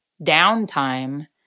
downtime